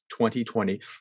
2020